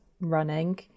running